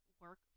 work